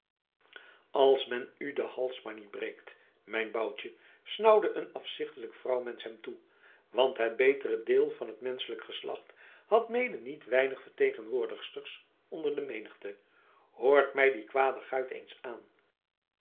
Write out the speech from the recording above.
als men u den hals maar niet breekt mijn boutje snauwde een afzichtelijk vrouwmensch hem toe want het betere deel van het menschelijk geslacht had mede niet weinig vertegenwoordigsters onder de menigte hoor mij dien kwaden guit eens aan